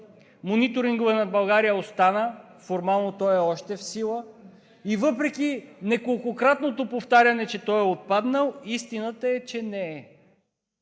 мониторингът над България остана – формално още е в сила, и въпреки неколкократното повтаряне, че е отпаднал, истината е, че не е.